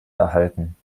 erhalten